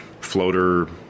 floater